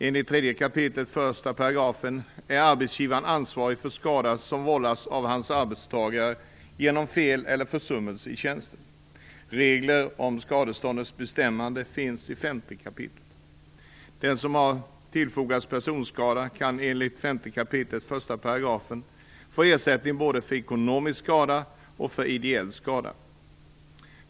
Enligt 3 kap. 1 § är arbetsgivaren ansvarig för skada som vållas av hans arbetstagare genom fel eller försummelse i tjänsten. Regler om skadeståndets bestämmande finns i 5 kap. Den som har tillfogats personskada kan enligt 5 kap. 1 § få ersättning både för ekonomisk skada och för ideell skada.